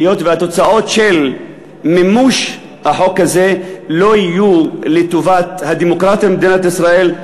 היות שהתוצאות של מימוש החוק הזה לא יהיו לטובת הדמוקרטיה במדינת ישראל.